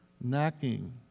knocking